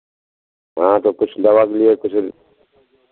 हाँ तो कुछ दवा भी कुछ